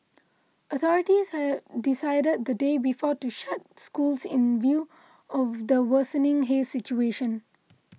authorities had decided the day before to shut schools in view of the worsening haze situation